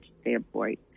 standpoint